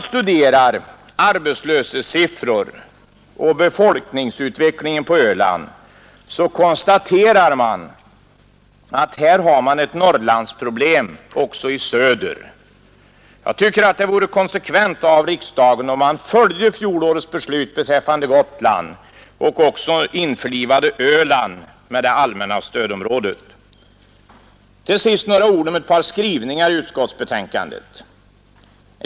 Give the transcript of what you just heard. Studerar man arbetslöshetssiffror och befolkningsutveckling på Öland, konstaterar man att här har man ett Norrlandsproblem också i söder. Det vore konsekvent av riksdagen att i linje med förra årets beslut beträffande Gotland också införliva Öland med det allmänna stödområdet. Till sist några ord om ett par skrivningar i utskottsbetänkandet.